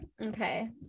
okay